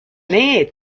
need